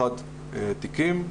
231 תיקים.